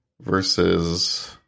Versus